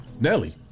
Nelly